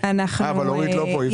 אה אבל אורית לא פה אי אפשר.